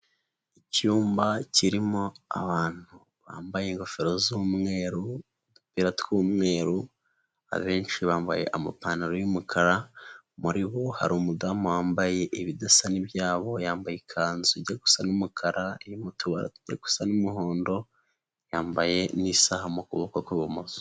Icyumba kirimo abantu, bambaye ingofero z'umweru, udupira tw'umweru, abenshi bambaye amapantaro y'umukara, muri bo hari umudamu wambaye ibidasa n'ibyabo, yambaye ikanzu ijya gusa n'umukara, irimo utuba tujya gusa n'umuhondo, yambaye n'isaha mu kuboko kw'ibumoso.